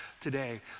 today